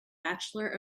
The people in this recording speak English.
bachelor